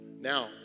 Now